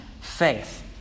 faith